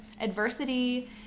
Adversity